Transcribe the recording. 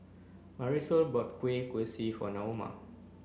Marisol bought Kueh Kosui for Naoma